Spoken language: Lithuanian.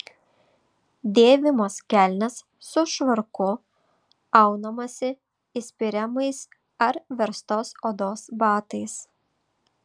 dėvimos kelnės su švarku aunamasi įspiriamais ar verstos odos batais